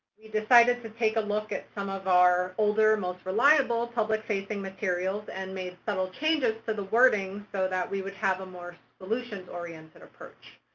we decided to take a look at some of our older, most reliable public safety materials and made subtle changes to the wording so that we would have a more solutions-oriented approach.